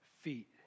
feet